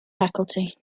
faculty